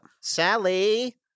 Sally